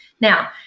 Now